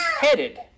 headed